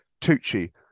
Tucci